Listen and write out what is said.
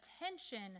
attention